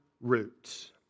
roots